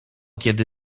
kiedy